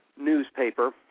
newspaper